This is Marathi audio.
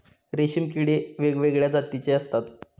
रेशीम किडे वेगवेगळ्या जातीचे असतात